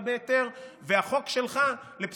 אבל הכניסה שלך הייתה בהיתר,